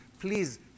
please